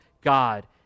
God